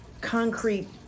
concrete